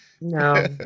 No